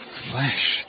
flesh